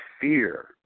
fear